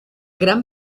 gran